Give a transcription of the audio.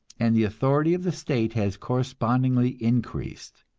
and the authority of the state has correspondingly increased.